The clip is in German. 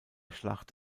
schlacht